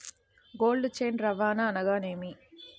Cold chain రవాణా అనగా నేమి?